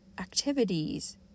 activities